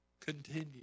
continue